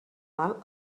mal